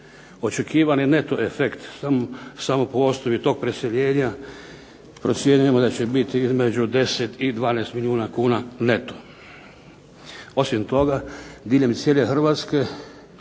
Očekivani neto efekt samo po osnovi tog preseljenja procjenjujemo da će biti između 10 i 12 milijuna kuna neto. Osim toga, diljem cijele Hrvatske